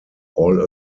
all